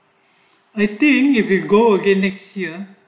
I think if you can go again next year